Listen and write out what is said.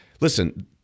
Listen